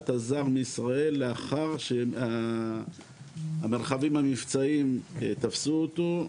הזר מישראל לאחר שהמרחבים המבצעיים תפסו אותו,